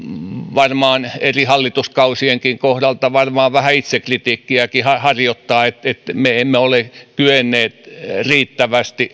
varmaan eri hallituskausienkin kohdalta vähän itsekritiikkiäkin harjoittaa että me emme ole kyenneet riittävästi